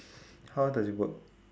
how does it work